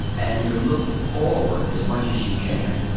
and to look forward as much as you can.